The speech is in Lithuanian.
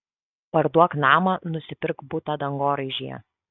parduok namą nusipirk butą dangoraižyje